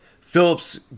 Phillips